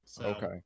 Okay